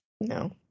No